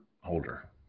holder